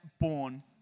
born